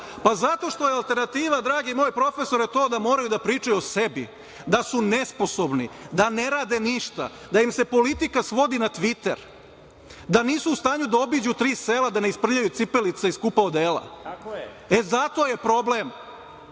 Pa zato što je alternativa, dragi moj profesore, da moraju da pričaju o sebi, da su nesposobni, da ne rade ništa, da im se politika svodi na „Tviter“, da nisu u stanju da obiđu tri sela da isprljaju cipelice i skupa odela. E, zato je problem